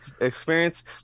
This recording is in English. experience